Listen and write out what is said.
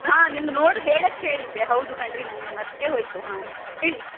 ಹಾಂ ನಿಮ್ಮ ನೋಡಿ ಹೇಳಕ್ಕೆ ಹೇಳಿದ್ದೆ ಹೌದು ಕಣ್ರಿ ನನ್ಗೆ ನ ಮರೆತೇ ಹೋಯಿತು ಹಾಂ ಹೇಳಿ